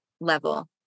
level